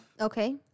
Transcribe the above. okay